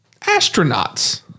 Astronauts